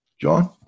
John